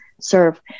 serve